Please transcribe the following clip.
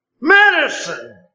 Medicine